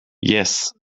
yes